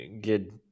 good